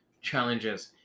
challenges